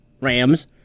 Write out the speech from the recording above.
Rams